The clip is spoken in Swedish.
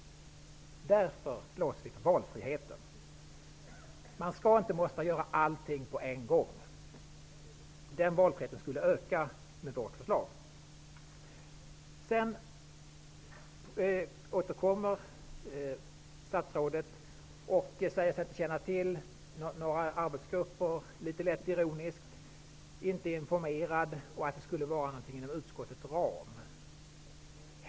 Därför slåss vi för valfriheten. Man skall inte tvingas att göra allting samtidigt. Valfriheten skulle öka med vårt förslag. Sedan säger sig statsrådet litet lätt ironiskt inte känna till några arbetsgrupper, att han inte är informerad och att det hela skulle ligga inom utskottets ram.